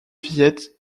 fillettes